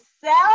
sell